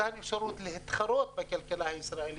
מתן אפשרות להתחרות בכלכלה הישראלית,